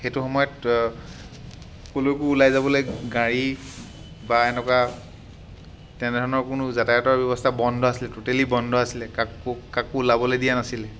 সেইটো সময়ত ক'লৈকো ওলাই যাবলে গাড়ী বা এনকুৱা তেনেধৰণৰ কোনো যাতায়তৰ ব্যৱস্থা বন্ধ আছিলে ট'টেলি বন্ধ আছিলে কাকো ওলাবলৈ দিয়া নাছিলে